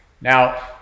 Now